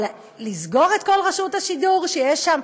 אבל לסגור את כל רשות השידור כשיש שם